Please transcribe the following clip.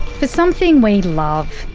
for something we love,